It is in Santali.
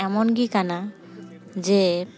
ᱮᱢᱚᱱ ᱜᱮ ᱠᱟᱱᱟ ᱡᱮ